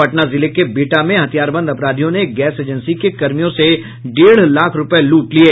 पटना जिले के बिहटा में हथियारबंद अपराधियों ने एक गैस एजेंसी के कर्मियों से डेढ़ लाख रूपये लूट लिये